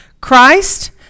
Christ